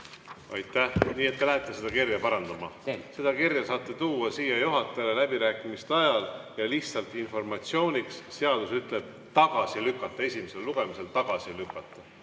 Aitäh! Nii et te lähete seda kirja parandama? Selle kirja saate tuua siia juhatajale läbirääkimiste ajal. Lihtsalt informatsiooniks: seadus ütleb, et tagasi lükata, esimesel lugemisel tagasi lükata.